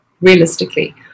realistically